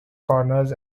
corners